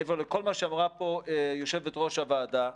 מעבר לכל מה שאמרה פה יושבת-ראש הוועדה,